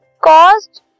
caused